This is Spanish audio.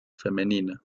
femenina